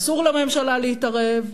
אסור לממשלה להתערב,